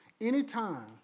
Anytime